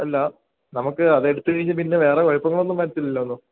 അല്ല നമുക്ക് അത് എടുത്ത് കഴിഞ്ഞ് പിന്നെ വേറെ കുഴപ്പങ്ങളൊന്നും വരത്തില്ലാല്ലോ